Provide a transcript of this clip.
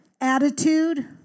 attitude